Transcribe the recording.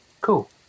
cool